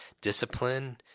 discipline –